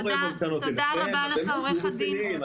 תודה רבה לך עורך הדין דן חי.